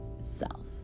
self